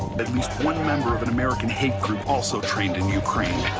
at least one member of an american hate group also trained in ukraine,